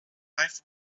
life